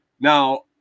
Now